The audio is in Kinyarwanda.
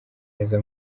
neza